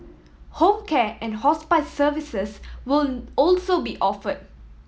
home care and hospice services will also be offer